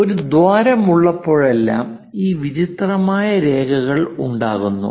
ഒരു ദ്വാരം ഉള്ളപ്പോഴെല്ലാം ഈ വിചിത്രമായ രേഖകൾ ഉണ്ടാകുന്നു